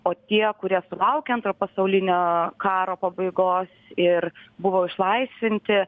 o tie kurie sulaukė antro pasaulinio karo pabaigos ir buvo išlaisvinti